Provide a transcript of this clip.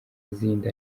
izindi